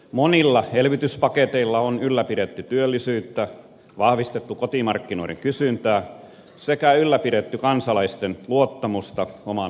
monilla elvytyspaketeilla on ylläpidetty työllisyyttä vahvistettu kotimarkkinoiden kysyntää sekä ylläpidetty kansalaisten luottamusta omaan talouteensa